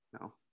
No